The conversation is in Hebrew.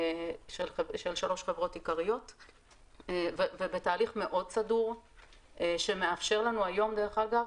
של שלוש חברות עיקריות ובתהליך מאוד סדור שמאפשר לנו היום דרך אגב